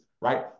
right